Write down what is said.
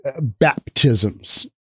baptisms